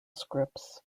scripts